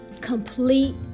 complete